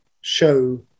show